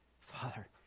Father